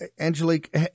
Angelique